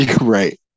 Right